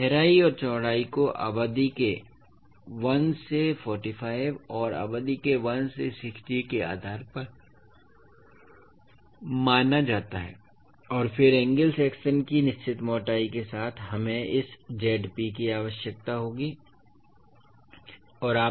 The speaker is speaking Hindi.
तो गहराई और चौड़ाई को अवधि के 1 से 45 और अवधि के 1 से 60 के आधार पर माना जाता है और फिर एंगल सेक्शन की निश्चित मोटाई के साथ हमें इस Zp की आवश्यकता होती है